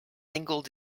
single